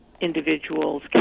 individuals